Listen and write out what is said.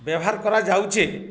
ବ୍ୟବହାର କରାଯାଉଛେ